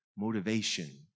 motivation